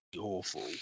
awful